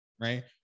Right